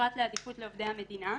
פרט לעדיפות לעובדי המדינה.